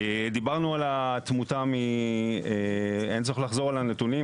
דיברנו על התמותה, אין צורך לחזור על הנתונים.